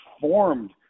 formed